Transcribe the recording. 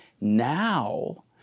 Now